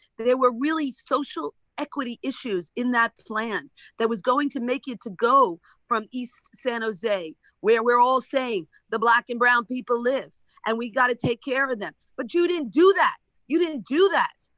they were really social equity issues in that plan that was going to make it to go from east san jose where we are all saying the black and brown people live and we have to take care of them. but you didn't do that. you didn't do that.